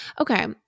Okay